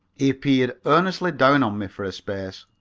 he peered earnestly down on me for a space.